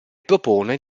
propone